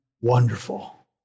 wonderful